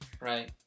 Right